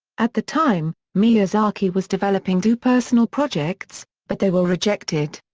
at the time, miyazaki was developing two personal projects, but they were rejected.